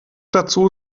dazu